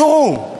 סורו.